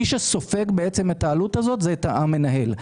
מי שסופג את העלות זה המנהל.